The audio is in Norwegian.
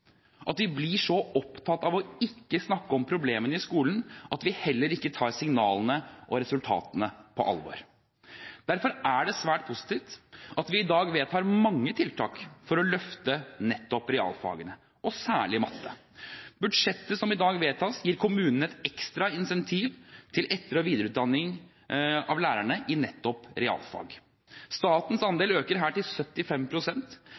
at vi blir så opptatt av ikke å snakke om problemene i skolen at vi heller ikke tar signalene og resultatene på alvor. Derfor er det svært positivt at vi i dag vedtar mange tiltak for å løfte nettopp realfagene, og særlig matte. Budsjettet som i dag vedtas, gir kommunene et ekstra incentiv til etter- og videreutdanning av lærerne i nettopp realfag. Statens andel